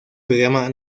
programa